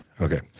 Okay